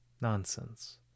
Nonsense